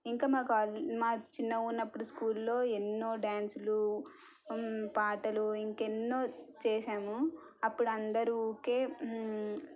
ఇంకా మా కాల్ మా చిన్నగా ఉన్నపుడు స్కూల్లో ఎన్నో డ్యాన్స్లు పాటలు ఇంకెన్నో చేసాము అప్పుడు అందరూ ఊరికే